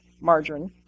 margarine